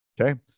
Okay